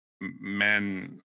men